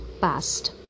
past